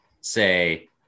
say